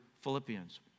Philippians